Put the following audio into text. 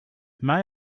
may